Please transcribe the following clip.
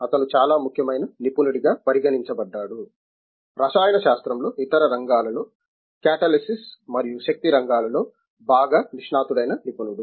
అతను చాలా ముఖ్యమైన నిపుణుడిగా పరిగణించబడ్డాడు రసాయన శాస్త్రంలో ఇతర రంగాలలో కాటలిసిస్ మరియు శక్తి రంగాలలో బాగా నిష్ణాతుడైన నిపుణుడు